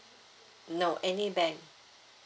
no any bank